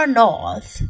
north